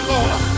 Lord